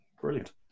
Brilliant